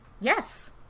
Yes